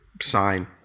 sign